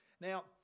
Now